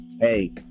hey